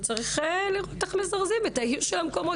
וצריך לראות איך מזרזים את איוש המקומות,